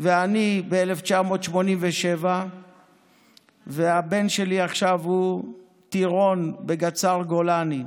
ואני ב-1987 והבן שלי עכשיו הוא טירון בגדס"ר גולני,